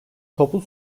toplu